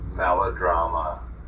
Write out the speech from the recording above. Melodrama